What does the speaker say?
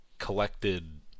collected